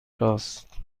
راست